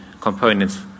components